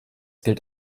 gilt